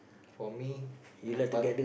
for me a party